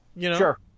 sure